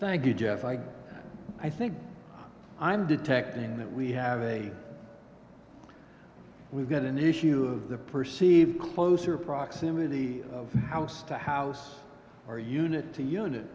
thank you jeff i i think i'm detecting that we have a we've got an issue of the perceived closer proximity of house to house or unit to unit